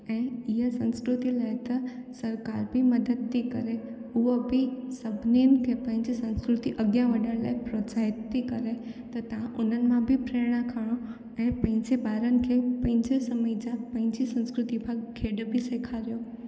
ऐं जीअं संस्कृती आहे त सरकार बि मदद ती करे उहा बि सभनीनि खे पंहिंजी संस्कृती अॻियां वधण लाइ प्रोत्साहित थी करे ऐं उन्हनि मां बि प्रेरणा खणूं ऐं पंहिंजे ॿारनि खे पंहिंजे समय जा पंहिंजी संस्कृती जा खेॾ बि सेखारियो